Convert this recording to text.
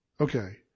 Okay